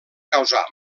causar